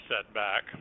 setback